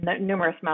numerous